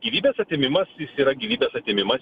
gyvybės atėmimas jis yra gyvybės atėmimas